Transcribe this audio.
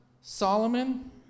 Solomon